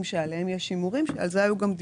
"טיפול" לרבות קבלת החלטה,